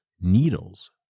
needles